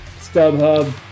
StubHub